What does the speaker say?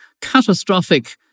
catastrophic